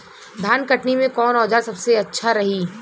धान कटनी मे कौन औज़ार सबसे अच्छा रही?